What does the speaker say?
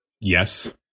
Yes